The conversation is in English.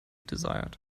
desired